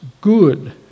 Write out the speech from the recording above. good